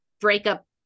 breakup